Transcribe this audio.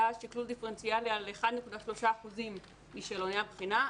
שקלול דיפרנציאלי על 1.3% משאלוני הבחינה.